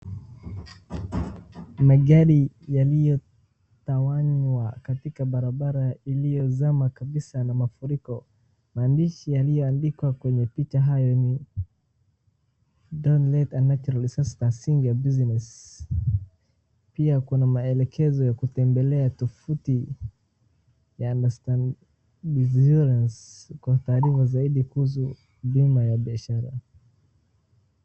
magari yaliyotawanywa katika barabara iliyozama kabisa na mafuriko maandishi yaliyoandikwa kwenye picha hayo ni don't let a natural resource that sink your business , pia kuna maelekezo ya kutembelea tovuti ya Understand Biz Insurance kwa taarifa zaidi kuhusu bima ya biashara.